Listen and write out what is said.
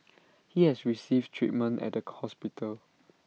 he has received treatment at the hospital